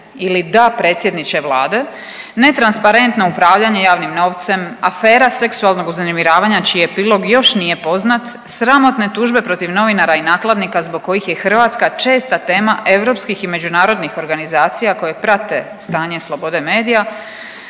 ili da predsjedniče Vlade. Netransparentno upravljanje javnim novcem, afera seksualnog uznemiravanja čiji epilog još nije poznat, sramotne tužbe protiv novinara i nakladnika zbog kojih je Hrvatska česta tema europskih i međunarodnih organizacija koje prate stanje slobode medija.